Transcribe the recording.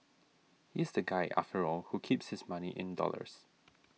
he's the guy after all who keeps his money in dollars